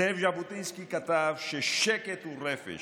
זאב ז'בוטינסקי כתב ששקט הוא רפש.